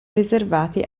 riservati